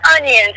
onions